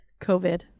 COVID